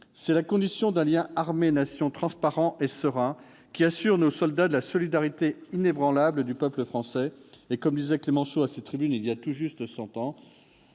C'est la condition d'un lien armées-nation transparent et serein, qui assure nos soldats de la solidarité inébranlable du peuple français. Comme le disait Clemenceau à cette tribune il y a tout juste cent ans